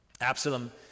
Absalom